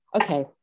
Okay